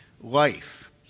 life